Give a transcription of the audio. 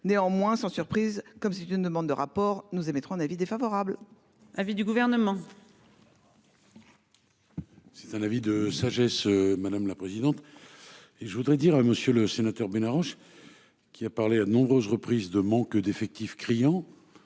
néanmoins sans surprise comme c'est une demande de rapport nous émettrons un avis défavorable.